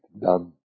Done